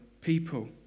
people